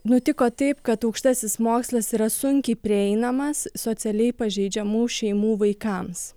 nutiko taip kad aukštasis mokslas yra sunkiai prieinamas socialiai pažeidžiamų šeimų vaikams